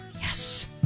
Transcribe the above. yes